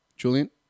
Julian